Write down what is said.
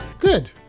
Good